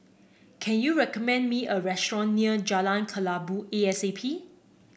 can you recommend me a restaurant near Jalan Kelabu E A C P